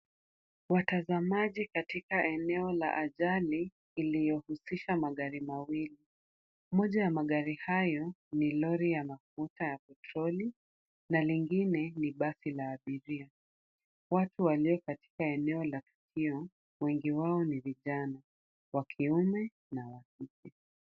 Watazamaji katika eneo la ajali, iliyohusisha magari mawili. Moja ya magari hayo ni lori ya mafuta ya petroli na lingine ni basi la abiria. Watu walio katika eneo la tukio, wengi wao ni vijana. Wa kiume na wa kike.